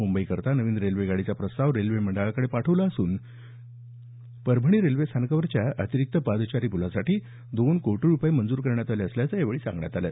मुंबई करता नवीन रेल्वे गाडीचा प्रस्ताव रेल्वे मंडळाकडे पाठवला असून अतिरिक्त पादचारी पुलासाठी दोन कोटी रुपये मंजूर करण्यात आले असल्याचं यावेळी सांगण्यात आलं